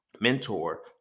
mentor